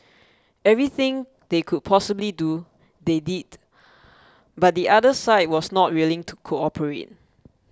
everything they could possibly do they did but the other side was not willing to cooperate